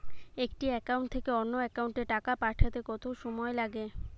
একটি একাউন্ট থেকে অন্য একাউন্টে টাকা পাঠাতে কত সময় লাগে?